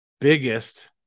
biggest